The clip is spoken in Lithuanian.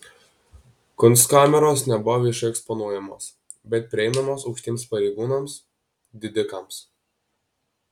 kunstkameros nebuvo viešai eksponuojamos bet prieinamos aukštiems pareigūnams didikams